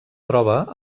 troba